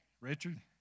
Richard